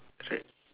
it's a